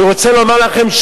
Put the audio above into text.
אני רוצה לומר לכם,